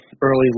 early